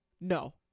no